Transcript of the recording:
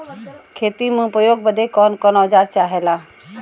खेती में उपयोग बदे कौन कौन औजार चाहेला?